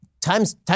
time's